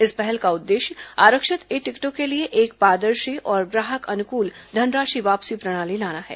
इस पहल का उद्देश्य आरक्षित ई टिकटों के लिए एक पारदर्शी और ग्राहक अनुकूल धनराशि वापसी प्रणाली लाना है